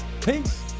Peace